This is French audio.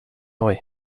vrai